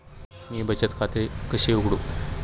मी बचत खाते कसे उघडू?